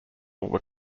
were